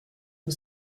que